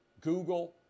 Google